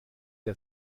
der